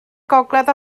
gogledd